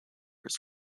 his